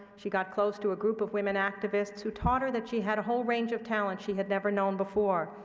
she got close to a group of women activists who taught her that she had a whole range of talent she had never known before,